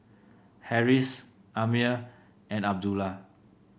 Harris Ammir and Abdullah